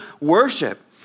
worship